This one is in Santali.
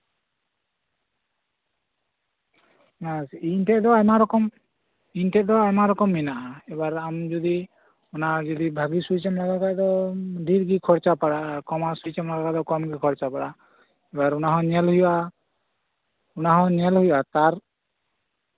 ᱚᱱᱟ ᱤᱧ ᱴᱷᱮᱡ ᱫᱚ ᱤᱧ ᱴᱷᱮᱡ ᱫᱚ ᱟᱭᱢᱟ ᱨᱚᱠᱚᱢ ᱢᱮᱱᱟᱜᱼᱟ ᱟᱨ ᱟᱢ ᱡᱩᱫᱤ ᱚᱱᱟ ᱵᱷᱟᱜᱤ ᱥᱩᱭᱤᱪᱮᱢ ᱟᱹᱜᱩᱭ ᱠᱷᱟᱡ ᱫᱚ ᱰᱷᱤᱨ ᱜᱮ ᱠᱷᱚᱨᱪᱟ ᱯᱟᱲᱟᱜᱼᱟ ᱠᱚᱢᱟ ᱥᱩᱭᱤᱪᱮᱢ ᱟᱜᱩᱭ ᱠᱷᱟᱡ ᱫᱚ ᱠᱚᱢ ᱜᱮ ᱠᱷᱚᱨᱪᱟ ᱯᱟᱲᱟᱜᱼᱟ ᱮᱵᱟᱨ ᱚᱱᱟ ᱦᱚᱸ ᱧᱮᱞ ᱦᱩᱭᱩᱜᱼᱟ ᱚᱱᱟ ᱦᱚᱸ ᱧᱮᱞ ᱦᱩᱭᱩᱜᱼᱟ ᱛᱟᱨ